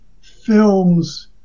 films